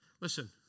listen